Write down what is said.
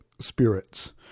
spirits